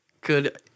good